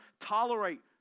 tolerate